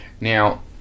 Now